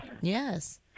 Yes